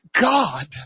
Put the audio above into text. God